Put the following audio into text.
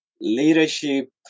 Leadership